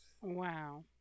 Wow